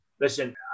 Listen